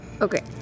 Okay